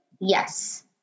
Yes